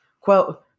quote